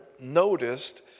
noticed